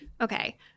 Okay